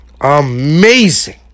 Amazing